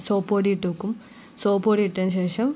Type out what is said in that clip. soap പൊടി ഇട്ടു വെക്കും സോപ്പ് പൊടി ഇട്ടതിന് ശേഷം